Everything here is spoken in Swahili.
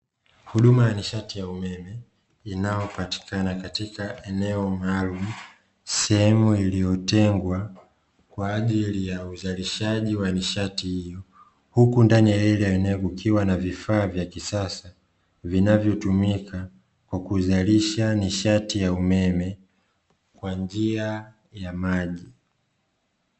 Huduma ya nishati ya umeme, inayopatikana katika eneo maalumu, sehemu iliyotegwa kwa ajili ya uzalishaji wa nishati hiyo, huku ndani ya hili eneo kukiwa na vifaa vya kisasa vinavyotumika kwa kuzalisha nishati ya umeme kwanjia ya maji.